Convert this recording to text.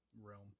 Realm